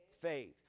faith